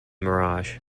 mirage